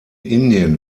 indien